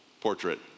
portrait